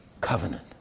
covenant